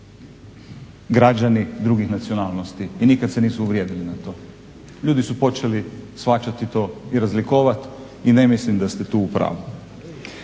građani drugih nacionalnosti i nikad se nisu uvrijedili na to. Ljudi su počeli shvaćati to i razlikovati i ne mislim da ste tu u pravu.